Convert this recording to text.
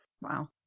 Wow